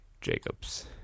Jacobs